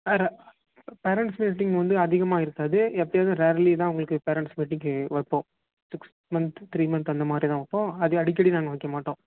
வேறு parents meeting வந்து அதிகமாக இருக்காது எப்பையாவது ரேர்லி தான் உங்களுக்கு பேரன்ட்ஸ் மீட்டிங்க்கு வைப்போம் சிக்ஸ் மந்த்து த்ரீ மந்த்து அந்த மாதிரி தான் வைப்போம் அது அடிக்கடி நாங்கள் வைக்க மாட்டோம்